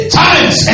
times